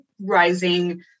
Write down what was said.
rising